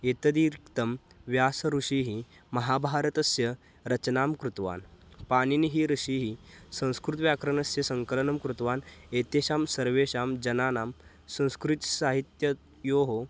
एतदतिरिक्तं व्यासऋषिः महाभारतस्य रचनां कृतवान् पाणिनिः ऋषिः संस्कृतव्याकरणस्य सङ्कलनं कृतवान् एतेषां सर्वेषां जनानां संस्कृत्साहित्ययोः